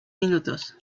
minutos